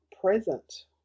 present